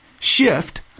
shift